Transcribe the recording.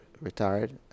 retired